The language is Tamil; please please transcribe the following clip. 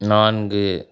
நான்கு